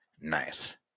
nice